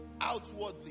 outwardly